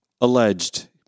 Alleged